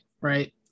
right